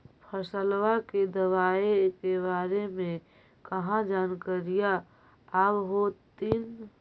फसलबा के दबायें के बारे मे कहा जानकारीया आब होतीन?